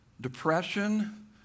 depression